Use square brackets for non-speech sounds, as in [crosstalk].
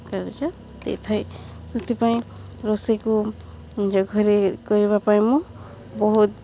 [unintelligible] ଦେଇଥାଏ ସେଥିପାଇଁ ରୋଷେଇକୁ ନିଜ ଘରେ କରିବା ପାଇଁ ମୁଁ ବହୁତ